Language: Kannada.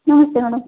ನಮಸ್ತೆ ಮೇಡಮ್